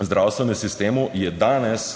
zdravstvenem sistemu je danes